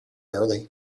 early